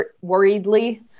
worriedly